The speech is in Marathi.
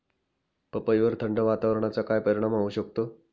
पपईवर थंड वातावरणाचा काय परिणाम होऊ शकतो?